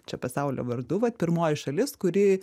čia pasaulio vardu vat pirmoji šalis kuri